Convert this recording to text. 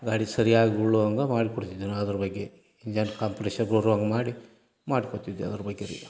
ಗಾಡಿ ಸರ್ಯಾಗಿ ಉರುಳೋ ಹಂಗೆ ಮಾಡಿಕೊಡ್ತಿದ್ವಿ ನಾವು ಅದ್ರ ಬಗ್ಗೆ ನೆಟ್ ಕಾಂಪ್ರೆಷನ್ ಬರೋ ಹಂಗೆ ಮಾಡಿ ಮಾಡಿಕೊಡ್ತಿದ್ವಿ ಅದ್ರ ಬಗ್ಗೆ